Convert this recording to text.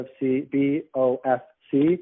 B-O-F-C